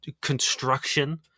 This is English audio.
construction